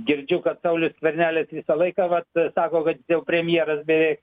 girdžiu kad saulius skvernelis kitą laiką vat sako vat vėl premjeras beveik